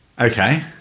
Okay